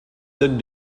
turcs